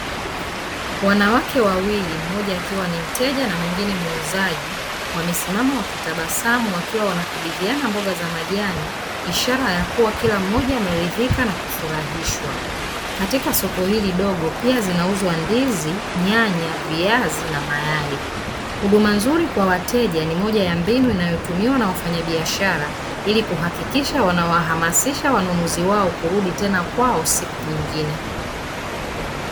Wanawake wawili mmoja akiwa ni mteja na mwingine ni muuzaji wamesimama na wakitabasamu wakiwa wanakabidhiana mboga za majani, ishara ya kuwa kila mmoja ameridhika na kufurahishwa katika soko hili dogo pia zinauzwa ndizi, nyanya, viazi na mayai huduma nzuri kwa wateja ni moja ya mbinu inayotumiwa na wafanyabiashara ili kuhakikisha wanawahamasisha wanunuzi wao kurudi tena kwao siku nyingine.